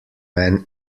man